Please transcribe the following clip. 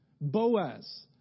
Boaz